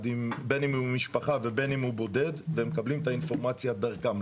בין אם הוא עם משפחה ובין אם הוא בודד והם מקבלים את האינפורמציה דרכם.